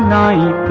i eat